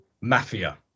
mafia